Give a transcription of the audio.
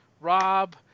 Rob